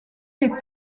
les